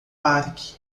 parque